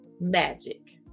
magic